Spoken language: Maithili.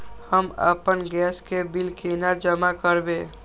हम आपन गैस के बिल केना जमा करबे?